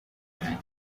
time